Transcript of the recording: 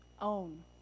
own